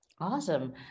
Awesome